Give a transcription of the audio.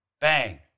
Bang